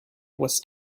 was